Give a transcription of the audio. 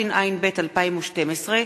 התשע"ב 2012,